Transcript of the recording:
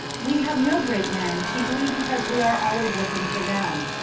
we have no great men chiefly because we are always looking for them.